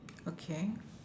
okay